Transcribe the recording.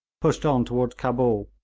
pushed on toward cabul,